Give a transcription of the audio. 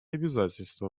обязательства